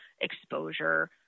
exposure